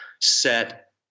set